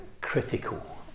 critical